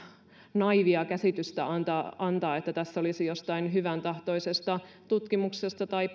naiivia käsitystä antaa antaa että tässä olisi jostain hyväntahtoisesta tutkimuksesta tai